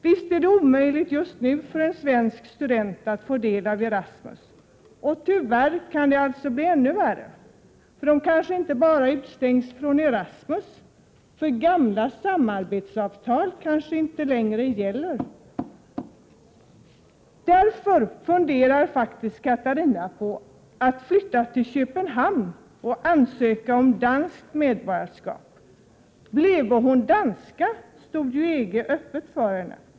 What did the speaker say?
Visst är det just nu omöjligt för en svensk student att ta del i Erasmusaktiviteterna, men det kan tyvärr bli ännu värre. Svenska studenter kanske inte bara utestängs från Erasmus — gamla samarbetsavtal kommer kanske inte längre att gälla. Därför funderar faktiskt Katarina på att flytta till Köpenhamn och ansöka om danskt medborgarskap. Bleve hon danska, stode ju EG-området öppet för henne.